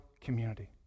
community